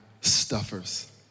stuffers